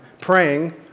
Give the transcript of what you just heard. praying